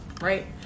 right